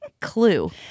Clue